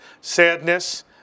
sadness